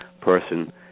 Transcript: person